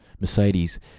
Mercedes